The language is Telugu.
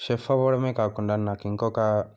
చెఫ్ అవడమే కాకుండా నాకు ఇంకొక